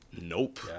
Nope